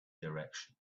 direction